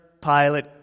Pilate